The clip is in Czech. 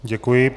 Děkuji.